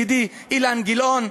חבר הכנסת ידידי אילן גילאון.